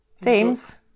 themes